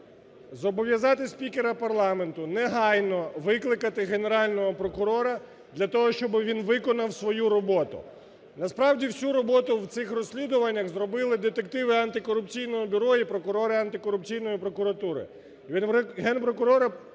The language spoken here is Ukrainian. зобов'язати спікера парламенту негайно викликати Генерального прокурора для того, щоб він виконав свою роботу. Насправді всю роботу в цих розслідуваннях зробили детективи Антикорупційного бюро і прокурора Антикорупційної прокуратури,